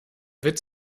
witz